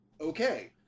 Okay